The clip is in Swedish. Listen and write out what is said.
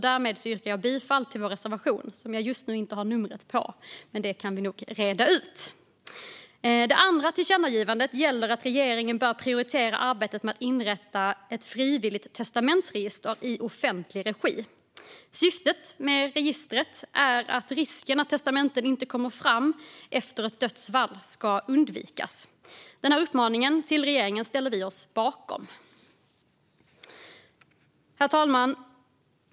Därmed yrkar jag bifall till vår reservation nummer 9. Det andra tillkännagivandet gäller att regeringen bör prioritera arbetet med att inrätta ett frivilligt testamentsregister i offentlig regi. Syftet med ett sådant register är att risken att testamenten inte kommer fram efter ett dödsfall ska undvikas. Den här uppmaningen till regeringen ställer vi oss bakom. Herr talman!